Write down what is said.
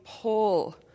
pull